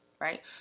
Right